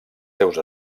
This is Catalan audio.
seus